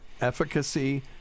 efficacy